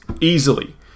easily